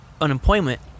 unemployment